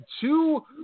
two